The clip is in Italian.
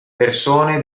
persone